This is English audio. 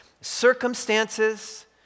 Circumstances